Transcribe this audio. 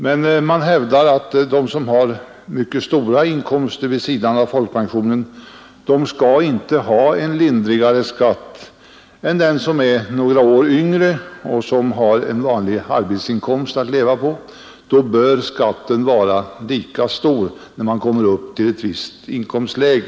Men man hävdar att de som har mycket stora inkomster vid sidan av folkpensionen inte skall beskattas lindrigare än den som är några år yngre och har en vanlig arbetsinkomst att leva på. Man menar att skatten för dessa båda grupper bör vara lika stor vid ett visst inkomstläge.